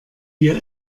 wir